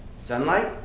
Sunlight